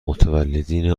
متولدین